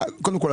קודם כל,